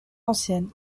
ancienne